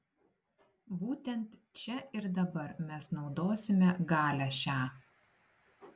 būtent čia ir dabar mes naudosime galią šią